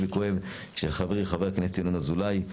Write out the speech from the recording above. וכואב של חברי חבר הכנסת ינון אזולאי.